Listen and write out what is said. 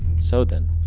so then,